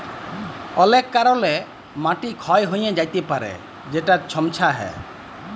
অলেক কারলে মাটি ক্ষয় হঁয়ে য্যাতে পারে যেটায় ছমচ্ছা হ্যয়